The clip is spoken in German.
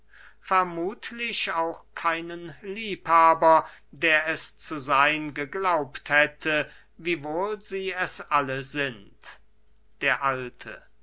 vermuthlich auch keinen liebhaber der es zu seyn geglaubt hätte wiewohl sie es alle sind der alte